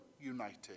united